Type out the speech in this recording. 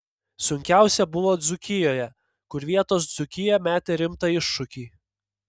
sunkiausia buvo dzūkijoje kur vietos dzūkija metė rimtą iššūkį